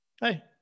Hey